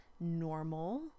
normal